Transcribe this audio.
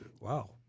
wow